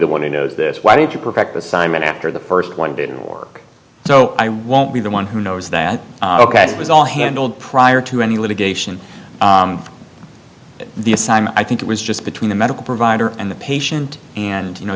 the one who knows this why didn't you protect assignment after the first one didn't work so i won't be the one who knows that ok it was all handled prior to any litigation the assignment i think it was just between the medical provider and the patient and you know